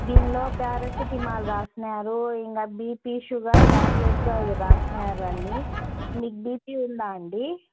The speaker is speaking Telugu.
దీనిలో ప్యారసిటీమాల్ రాసినారు ఇకా బీపీ షుగర్ ట్యాబ్లెట్లు ఇవి రాసినారు అండి మీకు బీపీ ఉందా అండి